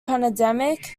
pandemic